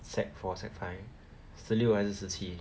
sec four sec five 十六还是十七